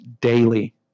daily